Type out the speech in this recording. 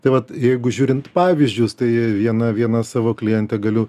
tai vat jeigu žiūrint pavyzdžius tai viena vieną savo klientę galiu